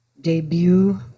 debut